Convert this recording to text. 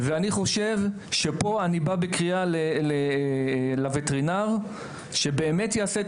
אני בא בקריאה לווטרינר שבאמת יעשה את